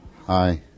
Hi